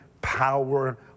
power